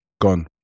Gone